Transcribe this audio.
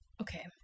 Okay